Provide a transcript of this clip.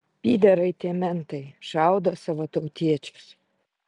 pyderai tie mentai šaudo savo tautiečius